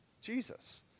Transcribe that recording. Jesus